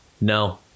No